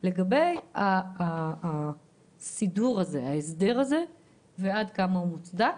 לגבי ההסדר הזה ועד כמה הוא מוצדק,